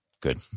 Good